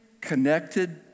connected